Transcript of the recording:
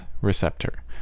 receptor